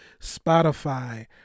Spotify